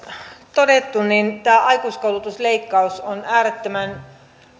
todettu tämä aikuiskoulutusleikkaus on äärettömän